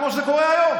כמו שקורה היום.